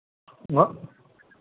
भऽ